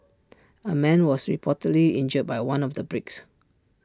A man was reportedly injured by one of the bricks